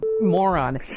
moron